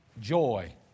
joy